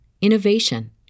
innovation